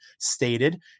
stated